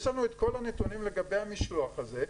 יש לנו את כל הנתונים לגבי המשלוח הזה,